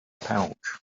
pouch